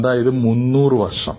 അതായത് മുന്നൂറു വർഷം